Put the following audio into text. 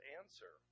answer